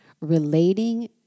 relating